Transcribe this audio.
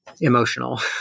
emotional